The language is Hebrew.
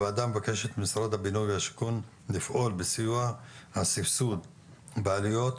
הוועדה מבקשת ממשרד הבינוי והשיכון לפעול בסיוע הסבסוד בעלויות.